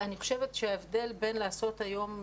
אני חושבת שההבדל בין לעשות היום,